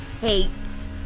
hates